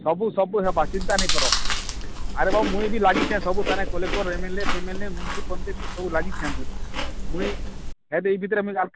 ସବୁ ସବୁ ହେବା ଚିନ୍ତା ନାଇଁ କର ଆରେ ବାବୁ ମୁଇଁ ବି ଲାଗିଛେ ସବୁ ଥରେ କଲେକ୍ଟର୍ ଏମ ଏଲ ଏ ଫେମେଲେ ମନ୍ତ୍ରୀ ଫନ୍ତ୍ରୀ କି ସବୁ ଲାଗିଛେ ମୁଇଁ ମୁଇଁ ଏବେ ଏଇ ଭିତରେ ମୁଇଁ ଆର୍